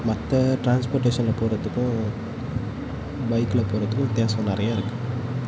மற்ற ட்ரான்ஸ்போர்ட்டேஷனில் போகறதுக்கும் பைக்கில போகறதுக்கும் வித்தியாசம் நிறையா இருக்கு